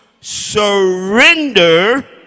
surrender